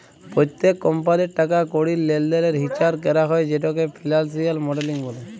প্যত্তেক কমপালির টাকা কড়ির লেলদেলের হিচাব ক্যরা হ্যয় যেটকে ফিলালসিয়াল মডেলিং ব্যলে